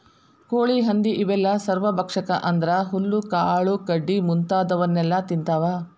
ಕೋಳಿ ಹಂದಿ ಇವೆಲ್ಲ ಸರ್ವಭಕ್ಷಕ ಅಂದ್ರ ಹುಲ್ಲು ಕಾಳು ಕಡಿ ಮುಂತಾದವನ್ನೆಲ ತಿಂತಾವ